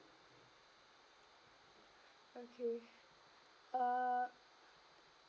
okay uh